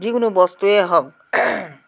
যিকোনো বস্তুৱেই হওক